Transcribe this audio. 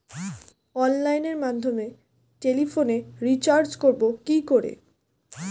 অনলাইনের মাধ্যমে টেলিফোনে রিচার্জ করব কি করে?